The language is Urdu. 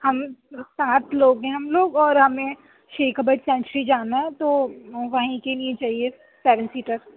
ہم سات لوگ ہیں ہم لوگ اور ہمیں شیخا برڈ سنچری جانا ہے تو وہیں کے لیےچاہیے سیون سیٹر